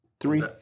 Three